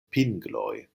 pingloj